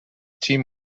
team